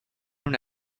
una